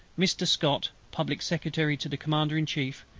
mr. scott, public secretary to the commander in chief,